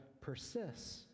persists